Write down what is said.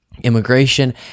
immigration